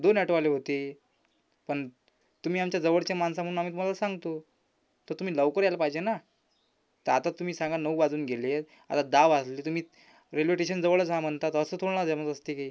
दोन अॅटोवाले होते पण तुम्ही आमच्या जवळचे माणसं म्हणून आम्ही तुम्हाला सांगतो तर तुम्ही लवकर यायला पाहिजे ना तर आता तुम्ही सांगा नऊ वाजून गेले आहेत आता दहा वाजले तुम्ही रेल्वे टेशनजवळच आहा म्हणता तर असं थोडं ना जमत असते हे